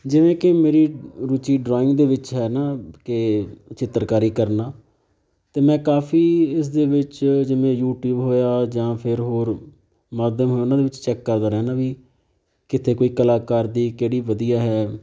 ਜਿਵੇਂ ਕਿ ਮੇਰੀ ਰੁਚੀ ਡਰਾਇੰਗ ਦੇ ਵਿੱਚ ਹੈ ਨਾ ਕਿ ਚਿੱਤਰਕਾਰੀ ਕਰਨਾ ਅਤੇ ਮੈਂ ਕਾਫੀ ਇਸਦੇ ਵਿੱਚ ਜਿਵੇਂ ਯੂਟਿਊਬ ਹੋਇਆ ਜਾਂ ਫਿਰ ਹੋਰ ਮਾਧਿਅਮ ਹੈ ਉਹਨਾਂ ਦੇ ਵਿੱਚ ਚੈੱਕ ਕਰਦਾ ਰਹਿੰਦਾ ਵੀ ਕਿਤੇ ਕੋਈ ਕਲਾਕਾਰ ਦੀ ਕਿਹੜੀ ਵਧੀਆ ਹੈ